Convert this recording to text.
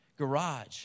garage